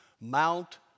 mount